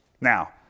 Now